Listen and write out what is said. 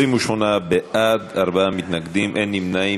28 בעד, ארבעה מתנגדים, אין נמנעים.